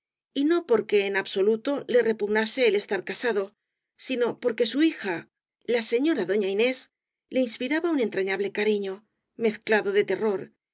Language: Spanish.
y no porque en absoluto le repugnase el estar ca sado sino porque su hija la señora doña inés le inspiraba un entrañable cariño mezclado de terror